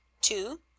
Two